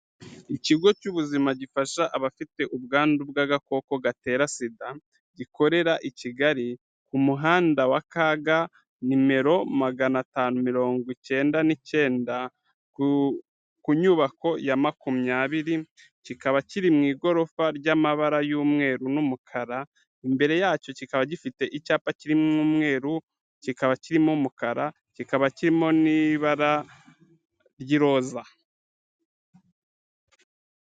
Ikigo cy'ubuzima gifasha abafite ubwandu bw'agakoko gatera Sida, gikorera i Kigali, ku muhanda wa kaga nimero maganatanu mirongo icyenda n'icyenda ku nyubako ya makumyabiri, kikaba kiri mu igorofa ry'amabara y'umweru n'umukara imbere yacyo kikaba gifite icyapa kirimo umweruru, kikaba kirimo umukara, kikaba kirimo n'ibara ry'iroza.